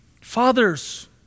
Fathers